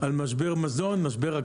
על משבר מזון,